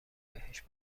بهش